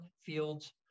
fields